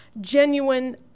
genuine